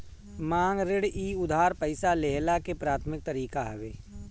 मांग ऋण इ उधार पईसा लेहला के प्राथमिक तरीका हवे